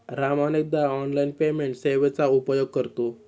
राम अनेकदा online payment सेवेचा उपयोग करतो